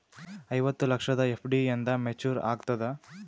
ಐವತ್ತು ಲಕ್ಷದ ಎಫ್.ಡಿ ಎಂದ ಮೇಚುರ್ ಆಗತದ?